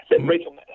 Rachel